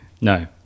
No